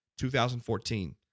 2014